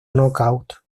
nocaut